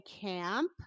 camp